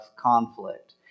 conflict